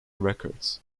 records